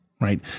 right